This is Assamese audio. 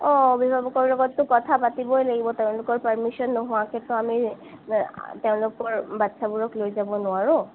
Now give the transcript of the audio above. অঁ অভিভাৱকৰ লগততো কথা পাতিবই লাগিব তেওঁলোকৰ পাৰ্মিশ্যন নোহোৱাকেতো আমি তেওঁলোকৰ বাচ্ছাবোৰক লৈ যাব নোৱাৰোঁ